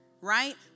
right